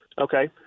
okay